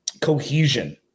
cohesion